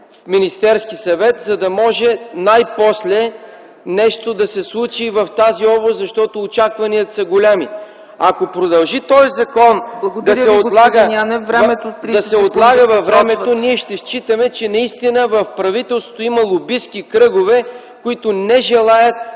Министерския съвет, за да може най-после нещо да се случи в тази област. Защото очакванията са големи. Ако този законопроект продължи да се отлага във времето, ние ще считаме, че наистина в правителството има лобистки кръгове, които не желаят